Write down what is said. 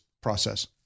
process